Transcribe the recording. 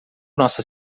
nossa